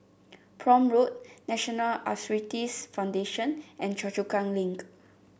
Prome Road National Arthritis Foundation and Choa Chu Kang Link